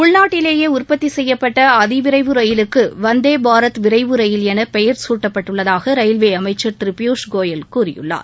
உள்நாட்டிலேயே உற்பத்தி செய்யப்பட்ட அதிவிரைவு ரயிலுக்கு வந்தே பாரத் விரைவு ரயில் என பெயர் குட்டப்பட்டுள்ளதாக ரயில்வே அமைச்சர் திரு பியூஷ் கோயல் கூறியுள்ளார்